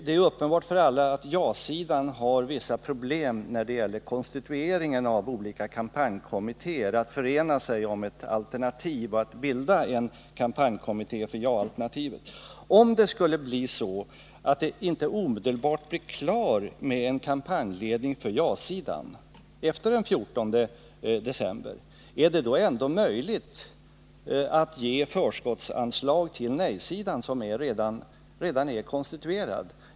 Det är uppenbart för alla att ja-sidan har vissa problem när det gäller konstitueringen av olika kampanjkommittéer, att ena sig om ett alternativ och att bilda en kampanjkommitté för detta alternativ. Om det skulle bli så att det inte omedelbart blir klart med en kampanjledning för ja-sidan efter den 14 december, är det ändå möjligt att ge förskottsanslag till nej-sidan, som redan är konstituerad?